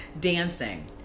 dancing